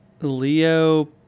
Leo